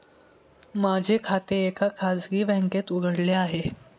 माझे खाते एका खाजगी बँकेत उघडले आहे